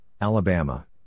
Alabama